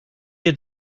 had